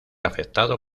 afectado